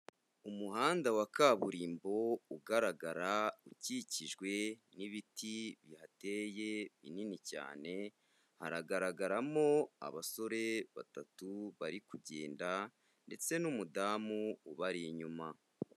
Umuhanda wa kaburimbo ugaragara ukikijwe n'ibiti bihateye binini cyane, hagaragaramo abasore batatu bari kugenda ndetse n'umudamu ubari inyuma.